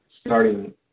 starting